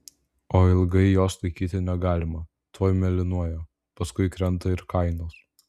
o ilgai jos laikyti negalima tuoj mėlynuoja paskui krenta ir kainos